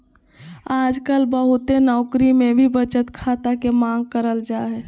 आजकल बहुते नौकरी मे भी बचत खाता के मांग करल जा हय